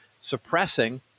suppressing